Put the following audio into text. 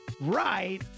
right